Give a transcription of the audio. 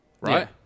right